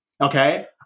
Okay